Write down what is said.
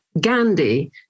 Gandhi